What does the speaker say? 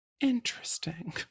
Interesting